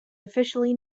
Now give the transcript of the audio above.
officially